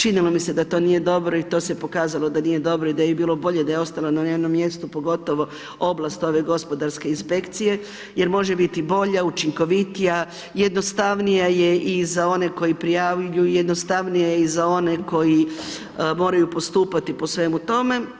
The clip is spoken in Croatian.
Činilo mi se da to nije dobro i to se pokazalo da to nije dobro i da je bilo bolje da je ostalo na njenom mjestu pogotovo … ove gospodarske inspekcije, jer može biti bolja, učinkovitija, jednostavnija je i za one koji prijavljuju, jednostavnija je za one koji moraju postupati po svemu tome.